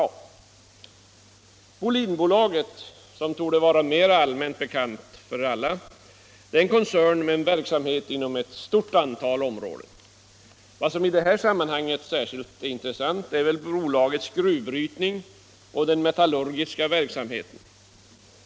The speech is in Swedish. y Bolidenbolaget, som torde vara mera allmänt känt, är en koncern med verksamhet inom ett stort antal områden. Vad som i detta sammanhang är av särskilt intresse torde vara bolagets gruvbrytning och dess metallurgiska verksamhet.